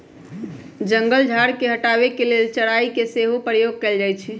जंगल झार के हटाबे के लेल चराई के सेहो प्रयोग कएल जाइ छइ